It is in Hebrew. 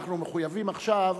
אנחנו מחויבים עכשיו,